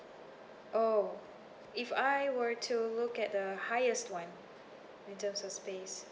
oh if I were to look at the highest one in terms of space